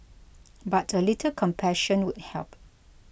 but a little compassion would help